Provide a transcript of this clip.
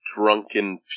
drunken